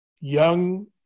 young